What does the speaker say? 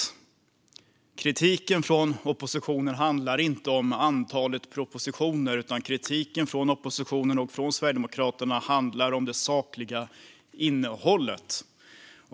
Kritiken från oppositionen handlar inte om antalet propositioner, utan kritiken från oppositionen och från Sverigedemokraterna handlar om det sakliga innehållet.